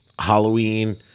Halloween